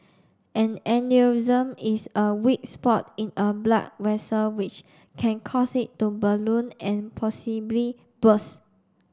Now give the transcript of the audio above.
an aneurysm is a weak spot in a blood vessel which can cause it to balloon and possibly burst